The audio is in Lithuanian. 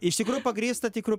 iš tikrųjų pagrįsta tikru